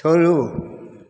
छोड़ू